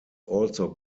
also